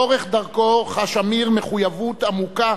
לאורך דרכו חש אמיר מחויבות עמוקה